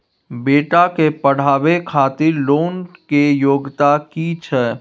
बेटा के पढाबै खातिर लोन के योग्यता कि छै